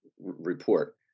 report